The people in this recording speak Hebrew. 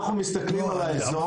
אנחנו מסתכלים על האזור,